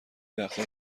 وقتا